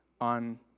on